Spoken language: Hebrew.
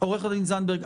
עו"ד זנדברג,